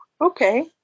okay